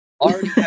already